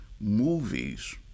movies